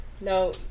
No